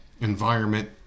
environment